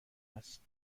هست